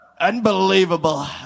Unbelievable